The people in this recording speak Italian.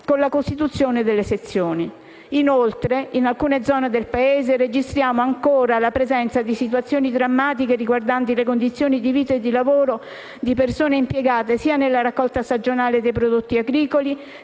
con la costituzione delle sezioni. Inoltre, in alcune zone del Paese registriamo ancora la presenza di situazioni drammatiche riguardanti le condizioni di vita e di lavoro di persone impiegate sia nella raccolta stagionale dei prodotti agricoli